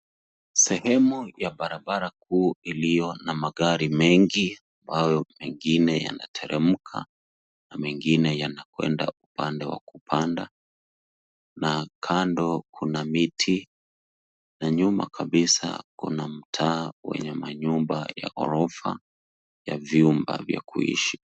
Sehemu ya barabara kuu iliyo na magari mengi ambayo mengine yanateremka na mengine yanakwenda upande wa kupanda na kando kuna miti na nyuma kabisa kuna mtaa wenye manyumba ya ghorofa ya vyumba vya kuishi.